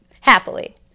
happily